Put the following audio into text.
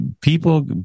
people